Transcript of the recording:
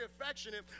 affectionate